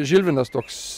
žilvinas toks